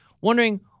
wondering